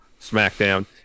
smackdown